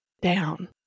down